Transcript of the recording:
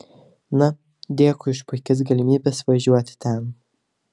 na dėkui už puikias galimybės važiuoti ten